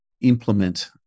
implement